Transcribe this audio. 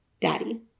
Daddy